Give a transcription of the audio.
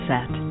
Set